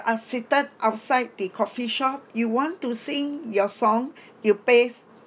seated outside the coffeeshop you want to sing your song you pays